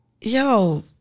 Yo